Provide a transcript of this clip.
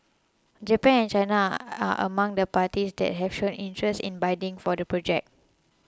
Japan and China are among the parties that have shown interest in bidding for the project